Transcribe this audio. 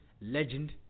Legend